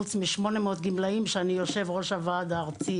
חוץ מ-800 גמלאים שאני יושבת ראש הוועד הארצי